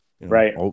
right